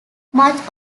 much